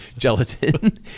gelatin